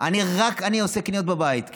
רק אני עושה קניות בבית.